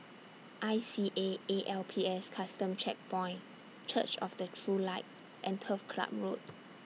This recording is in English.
I C A A L P S Custom Checkpoint Church of The True Light and Turf Ciub Road